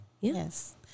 Yes